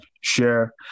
share